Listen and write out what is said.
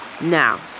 Now